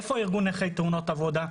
איפה ארגון נכי תאונות עבודה?